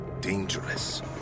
dangerous